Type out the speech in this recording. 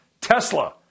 Tesla